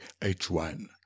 H1